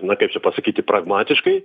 na kaip čia pasakyti pragmatiškai